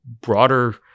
broader